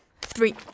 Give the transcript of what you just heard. three